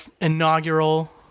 inaugural